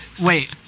Wait